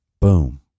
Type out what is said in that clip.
Boom